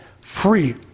free